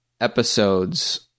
episodes